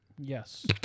Yes